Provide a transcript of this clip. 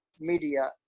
media